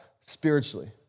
spiritually